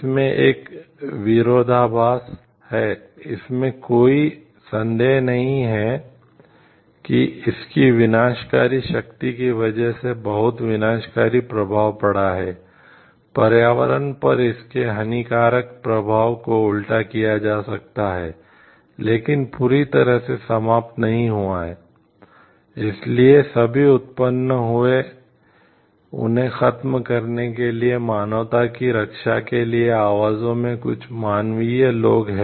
इसमें एक विरोधाभास है इसमें कोई संदेह नहीं है कि इसकी विनाशकारी शक्ति की वजह से बहुत विनाशकारी प्रभाव पड़ा है पर्यावरण पर इसके हानिकारक प्रभाव को उल्टा किया जा सकता है लेकिन पूरी तरह से समाप्त नहीं हुआ है इसलिए सभी उत्पन्न हुए उन्हें खत्म करने के लिए मानवता की रक्षा के लिए आवाज़ों में कुछ मानवीय लोग हैं